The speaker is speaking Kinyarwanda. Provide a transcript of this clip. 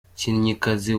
n’umukinnyikazi